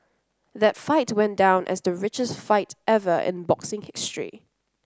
that fight went down as the richest fight ever in boxing history